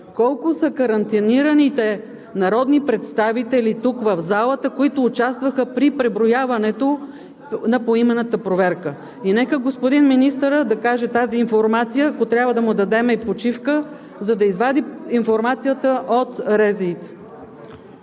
колко са карантинираните народни представители тук в залата, които участваха при преброяването в поименната проверка? И нека господин министърът да каже тази информация, ако трябва да му дадем и почивка, за да извади информацията от РЗИ-то.